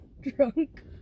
Drunk